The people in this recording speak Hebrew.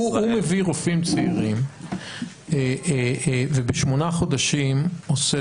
הוא מביא רופאים צעירים ובשמונה חודשים הוא עושה